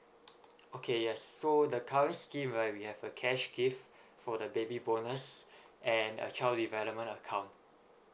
okay yes so the scheme right we have a cash gift for the baby bonus and a child development account